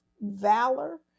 valor